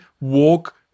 walk